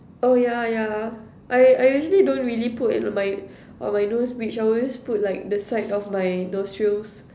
oh yeah yeah I I usually don't really put at my on my nose bridge I will just put like the side of my nostrils